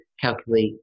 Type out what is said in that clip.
calculate